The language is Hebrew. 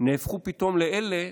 נהפכו פתאום לאלה